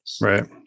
Right